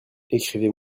écrivez